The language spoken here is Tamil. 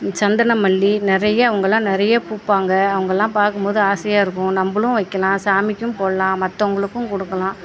சந்தன மல்லி நிறையா அவங்கெல்லாம் நிறையா பூ பூப்பாங்க அவங்கெல்லாம் பார்க்கும் ஆசையாக இருக்கும் நம்பளும் வைக்கலாம் சாமிக்கும் போடலாம் மற்றவங்களுக்கும் கொடுக்கலாம்